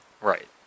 Right